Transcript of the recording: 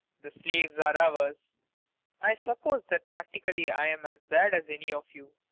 the slaves are ours i suppose that practically i'm as bad as any of you.